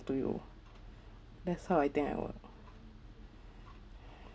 to you that's how I think I would